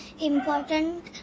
important